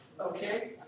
okay